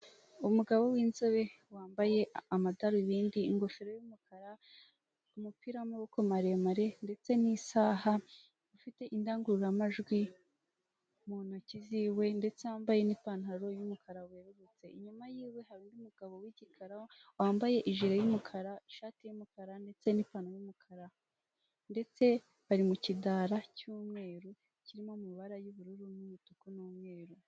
Umugabo w'inzobe wambaye amadarubindi, ingofero y'umukara, umupira w'amaboko maremare ndetse n'isaha, ufite indangururamajwi mu ntoki ziwe ndetse yambaye n'ipantaro y'umukara werurutse, inyuma yiwe hari umugabo wigikara wambaye ijire y'umukara, n'ishati y'umukara ndetse n'ipantaro y'imikara ndetse bari mukidara cy'umweru kirimo amabara y'ubururu n'umutuku n'umweru.